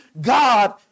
God